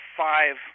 five